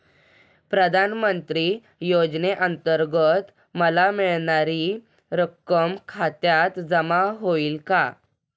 प्रधानमंत्री योजनेअंतर्गत मला मिळणारी रक्कम खात्यात जमा होईल का?